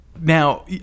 now